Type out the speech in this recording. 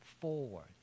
forward